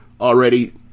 already